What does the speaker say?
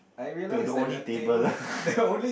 the the only table lah